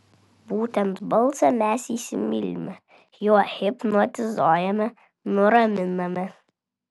būtent balsą mes įsimylime juo hipnotizuojame nuraminame